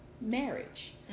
marriage